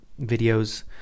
videos